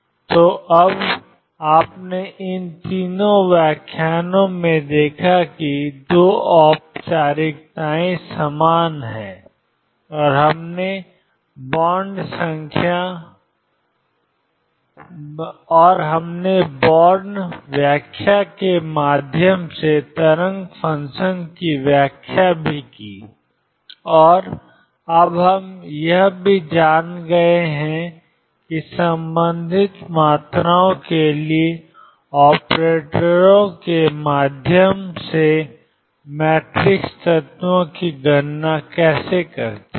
तो अब आपने इन तीन व्याख्यानों में देखा कि 2 औपचारिकताएं समान हैं और हमने बांड व्याख्या के माध्यम से तरंग फ़ंक्शन की व्याख्या भी की है और अब हम यह भी जान गए हैं कि संबंधित मात्राओं के लिए ऑपरेटरों के माध्यम से मैट्रिक्स तत्वों की गणना कैसे करते हैं